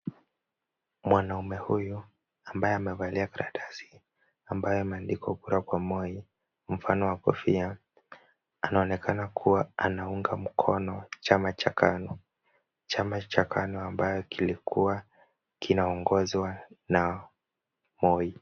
Mwanaume huyu ambaye amevalia karatasi, ambayo yameandikwa kura kwa Moi, mfano wa kofia, anaonekana kuwa anaunga mkono chama cha KANU. Chama cha KANU ambayo kilikuwa kinaongozwa na Moi.